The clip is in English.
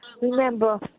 remember